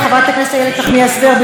חברת הכנסת איילת נחמיאס ורבין,